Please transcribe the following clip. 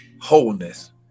Wholeness